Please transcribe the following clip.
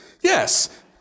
Yes